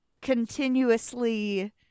continuously